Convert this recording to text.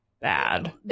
bad